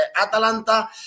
atalanta